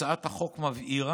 הצעת החוק מבהירה